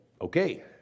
Okay